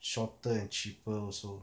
shorter and cheaper also